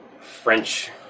French